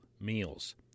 meals